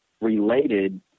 related